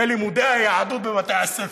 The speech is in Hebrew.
בלימודי היהדות בבתי-הספר,